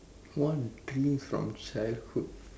one coming from childhood